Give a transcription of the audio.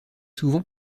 souvent